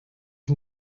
can